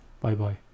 Bye-bye